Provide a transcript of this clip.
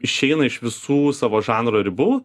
išeina iš visų savo žanro ribų